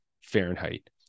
Fahrenheit